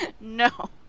No